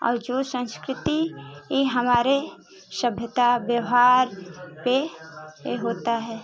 और जो संस्कृति ये हमारे सभ्यता व्यवहार पर ए होता है